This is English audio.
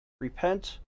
repent